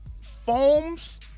foams